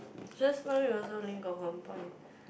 just now you also got one point